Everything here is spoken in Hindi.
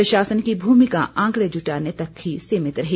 प्रशासन की भूमिका आंकड़े जुटाने तक सीमित रही